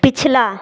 पिछला